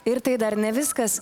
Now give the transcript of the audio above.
ir tai dar ne viskas